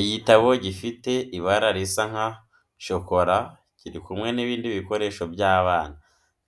Igitabo gifite ibara risa nka shokora kiri kumwe n'ibindi bikoresho by'abana,